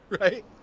Right